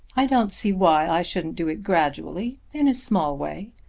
i don't see why i shouldn't do it gradually in a small way.